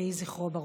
יהי זכרו ברוך.